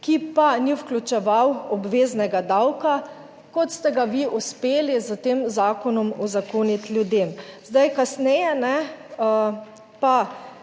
ki pa ni vključeval obveznega davka, kot ste ga vi uspeli s tem zakonom uzakoniti ljudem. Zdaj kasneje pa